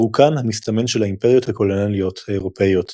פירוקן המסתמן של האימפריות הקולוניאליות האירופאיות,